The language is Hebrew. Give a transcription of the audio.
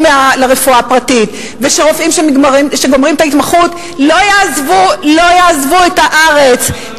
לרפואה הפרטית וכדי שרופאים שגומרים את ההתמחות לא יעזבו את הארץ,